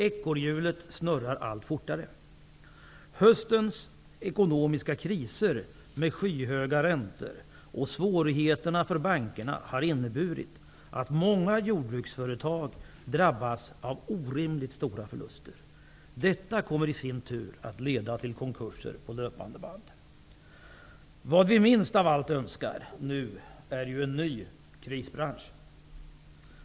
Ekorrhjulet snurrar allt fortare. Höstens ekonomiska kris med skyhöga räntor och svårigheterna för bankerna har inneburit att många jordbruksföretag drabbas av orimligt stora förluster. Detta kommer i sin tur att leda till konkurser på löpande band. Vad vi minst av allt önskar nu är en ny krisbransch.